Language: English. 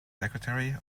secretary